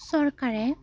চৰকাৰে